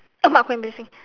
oh mak kau embarrassing